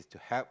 help